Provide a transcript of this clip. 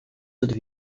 autres